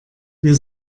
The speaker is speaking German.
wir